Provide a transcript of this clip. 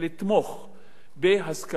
בהשכלה גבוהה.